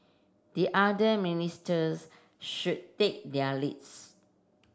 the other should take their leads